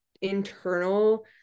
internal